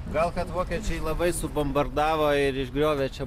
gal kad vokiečiai labai subombardavo ir išgriovė čia